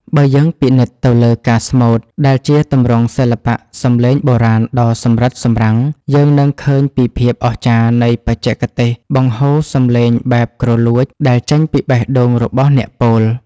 បើយើងពិនិត្យទៅលើការស្មូត ដែលជាទម្រង់សិល្បៈសម្លេងបុរាណដ៏សម្រិតសម្រាំង យើងនឹងឃើញពីភាពអស្ចារ្យនៃបច្ចេកទេសបង្ហូរសម្លេងបែបគ្រលួចដែលចេញពីបេះដូងរបស់អ្នកពោល។